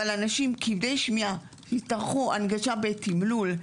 אבל אנשים כבדי שמיעה שיצטרכו הנגשה בתמלול,